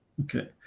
Okay